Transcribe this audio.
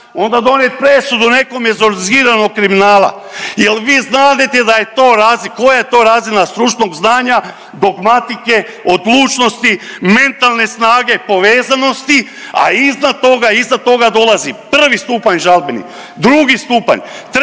onda donijet presudu nekome iz organiziranog kriminala, jel vi znadete da je to razi…, koja je to razina stručnog znanja, dogmatike, odlučnosti, mentalne snage, povezanosti, a iznad toga, iznad toga dolazi prvi stupanj žalbeni, drugi stupanj,